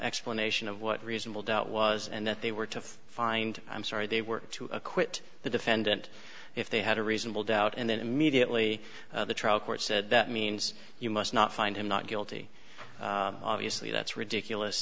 explanation of what reasonable doubt was and that they were to find i'm sorry they were to acquit the defendant if they had a reasonable doubt and then immediately the trial court said that means you must not find him not guilty obviously that's ridiculous